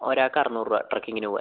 ഒരാൾക്ക് അറുന്നൂറ് രൂപ ട്രെക്കിംഗിന് പോകാൻ